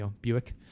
Buick